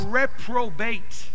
reprobate